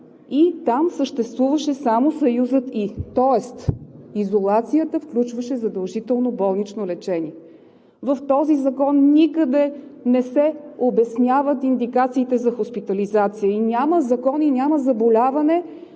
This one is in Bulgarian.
и там съществуваше само съюзът „и“, тоест изолацията включваше задължително болнично лечение. В този закон никъде не се обясняват индикациите за хоспитализация и няма закони, и няма заболяване,